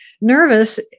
nervous